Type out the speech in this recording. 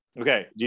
Okay